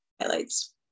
highlights